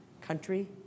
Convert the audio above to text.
country